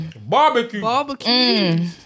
Barbecue